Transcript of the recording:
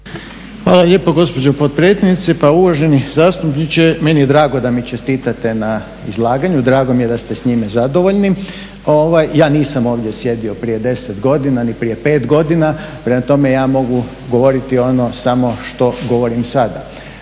Hvala lijepo gospođo potpredsjednice. Pa uvaženi zastupniče, meni je drago da mi čestitate na izlaganju, drago mi je da ste s njime zadovoljni. Ja nisam ovdje sjedio prije 10 godina, ni prije 5 godina, prema tome ja mogu govoriti ono samo što govorim sada.